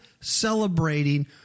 celebrating